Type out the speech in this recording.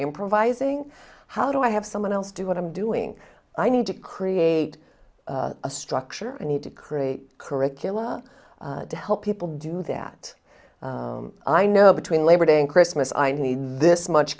improvising how do i have someone else do what i'm doing i need to create a structure i need to create curricula to help people do that i know between labor day and christmas i need this much